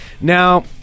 Now